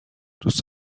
دوست